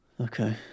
Okay